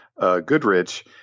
Goodrich